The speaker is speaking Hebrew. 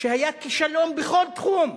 שהיה כישלון בכל תחום.